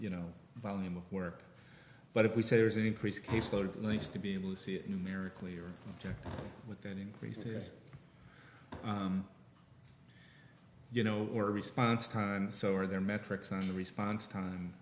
you know volume of work but if we say there's an increased caseload needs to be able to see it numerically or with that increases you know your response time and so are there metrics on the response time